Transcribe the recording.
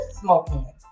smoking